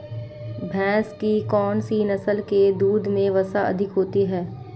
भैंस की कौनसी नस्ल के दूध में वसा अधिक होती है?